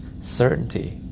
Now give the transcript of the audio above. certainty